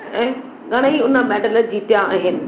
ऐं घणाई उन मेडल जीतिया आहिनि